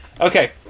Okay